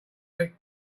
mistake